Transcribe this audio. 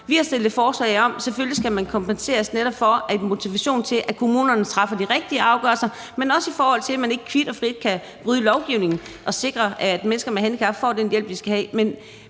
Vi har fremsat forslag om, at folk selvfølgelig skal kompenseres, netop for at skabe motivation til, at kommunerne træffer de rigtige afgørelser, men også i forhold til at man ikke kvit og frit kan bryde lovgivningen, og i forhold til at sikre, at mennesker med handicap får den hjælp, de skal have.